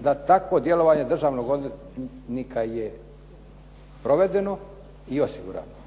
da takvo djelovanje državnog odvjetnika je provedeno i osigurano?